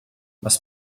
was